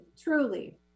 truly